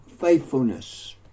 faithfulness